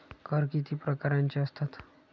कर किती प्रकारांचे असतात?